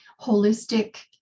holistic